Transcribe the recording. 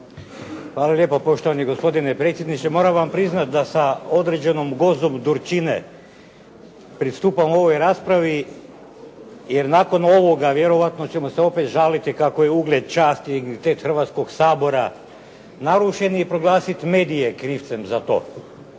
Hvala lijepo. Poštovani gospodine predsjedniče. Moram vam priznati da sa određenom dozom gorčine pristupam ovoj raspravi jer nakon ovoga vjerojatno ćemo se opet žaliti kako je ugled časti i dignitet Hrvatskoga sabora narušen i proglasiti medije krivcem za to.